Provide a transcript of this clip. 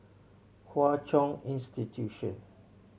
Hwa Chong Institution